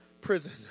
prison